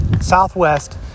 southwest